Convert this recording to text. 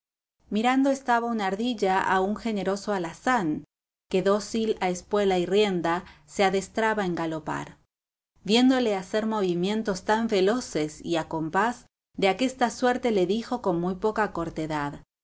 mirando estaba una ardilla a un generoso alazán que dócil a espuela y rienda se adestraba en galopar viéndole hacer movimientos tan veloces y a compás de aquesta suerte le dijo con muy poca cortedad